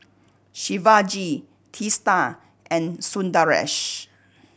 Shivaji Teesta and Sundaresh